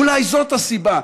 אולי זאת הסיבה?